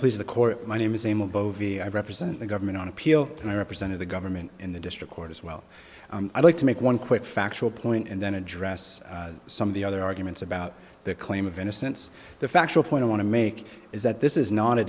please the court my name is a male bovey i represent the government on appeal and i represented the government in the district court as well i'd like to make one quick factual point and then address some of the other arguments about the claim of innocence the factual point i want to make is that this is not a